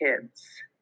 kids